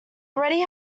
already